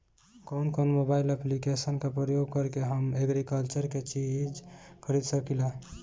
कउन कउन mobile application का प्रयोग करके हम एग्रीकल्चर के चिज खरीद सकिला?